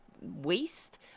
waste